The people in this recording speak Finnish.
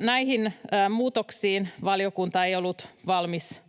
Näihin muutoksiin valiokunta ei ollut valmis